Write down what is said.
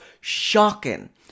shocking